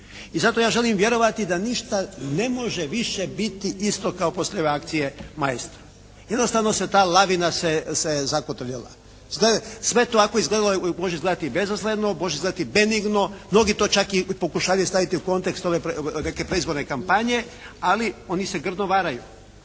i zato ja želim vjerovati da ništa ne može više biti isto kao poslije ove akcije “Maestro“. Jednostavno se ta lavina se je zakotrljala. Sve to ovako može izgledati bezazleno, može izgledati benigno, mnogi to čak i pokušavaju stavljati u kontekst ove neke predizborne kampanje, ali oni se grdno varaju.